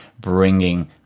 bringing